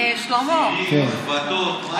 סירים, מחבתות, משהו?